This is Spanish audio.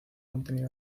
contenido